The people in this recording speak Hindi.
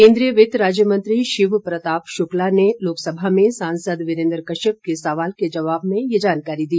केंद्रीय वित्त राज्य मंत्री शिव प्रताप शुक्ला ने लोकसभा में सांसद वीरेन्द्र कश्यप से सवाल के जबाव में ये जानकारी दी